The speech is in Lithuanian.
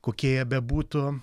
kokie jie bebūtų